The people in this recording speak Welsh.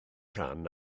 rhan